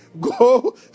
Go